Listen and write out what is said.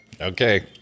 Okay